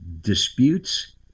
disputes